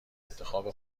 انتخاب